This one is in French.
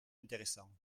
intéressant